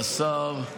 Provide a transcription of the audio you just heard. השר,